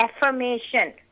affirmation